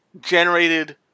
generated